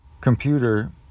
computer